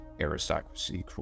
aristocracy